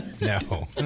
No